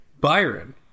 Byron